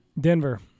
Denver